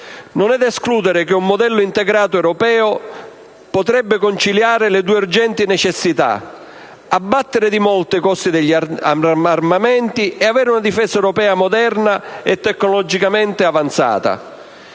Non è da escludere che un modello integrato europeo potrebbe conciliare le due urgenti necessità: abbattere di molto i costi degli armamenti e avere una difesa europea moderna e tecnologicamente avanzata.